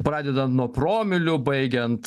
pradedant nuo promilių baigiant